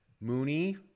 Mooney